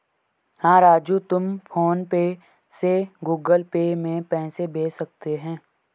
हां राजू तुम फ़ोन पे से गुगल पे में पैसे भेज सकते हैं